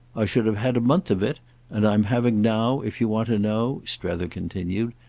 i should have had a month of it and i'm having now, if you want to know, strether continued,